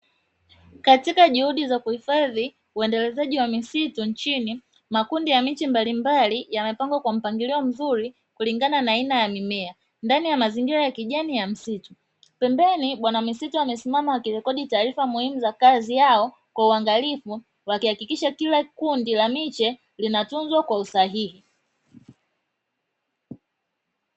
Katika juhudi za kuhifadhi uendelezaji wa misitu nchini, makundi ya miche mbalimbali yamepangwa katika mpangilio mzuri kulingana na aina ya mimea ndani ya mazingira ya kijani ya misitu. Pembeni bwana misitu amesimama akirekodi taarifa muhimu za kazi yao kwa uangalifu wakihakikisha kila kundi la miche linatunzwa kwa usahihi.